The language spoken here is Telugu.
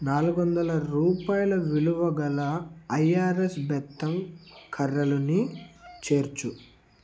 నాలుగు వందల రూపాయల విలువగల ఐఆర్ఎస్ బెత్తం కర్రలుని చేర్చు